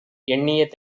எண்ணிய